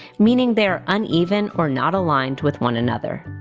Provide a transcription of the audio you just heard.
meaning they are uneven or not aligned with one another.